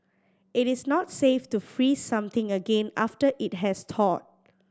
it is not safe to freeze something again after it has thawed